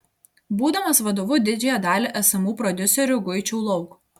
būdamas vadovu didžiąją dalį esamų prodiuserių guičiau lauk